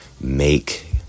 make